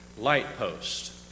Lightpost